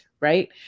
right